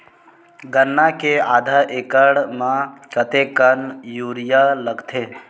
गन्ना के आधा एकड़ म कतेकन यूरिया लगथे?